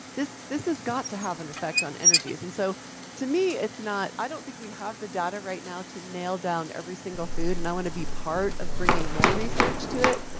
this this has got to have an effect on energies. and so to me, it's not. i don't think we have the data right now to nail down every single food. and i want to be part of bringing more research to it.